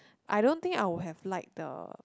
I don't think I will have liked the